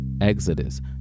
exodus